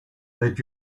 that